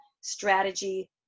strategy